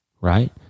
right